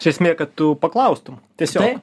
čia esmė kad tu paklaustum tiesiog